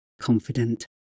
confident